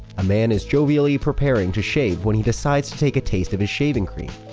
a man is jovially preparing to shave when he decides to take a taste of his shaving cream.